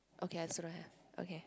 okay I also don't have okay